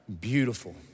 beautiful